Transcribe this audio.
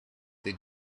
they